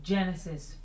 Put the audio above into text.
Genesis